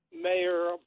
Mayor